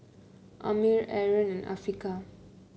Ammir Aaron and Afiqah